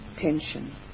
tension